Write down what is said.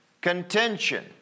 Contention